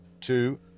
two